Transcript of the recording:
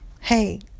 hey